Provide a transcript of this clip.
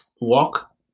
walk